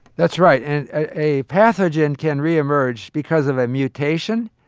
that's right. and a pathogen can reemerge because of a mutation.